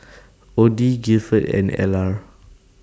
Odie Gilford and Ellar